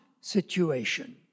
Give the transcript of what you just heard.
situation